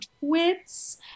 twits